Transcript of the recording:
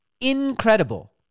incredible